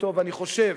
אני חושב